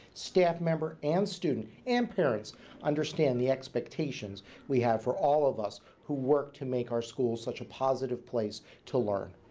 staff member and student and parents understand the expectations we have for all of us who work to make our schools such a positive place to learn.